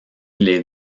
les